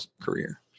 career